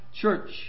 church